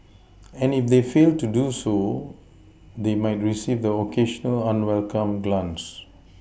and if they fail to do so they might receive the occasional unwelcome glance